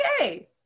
okay